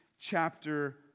chapter